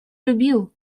любил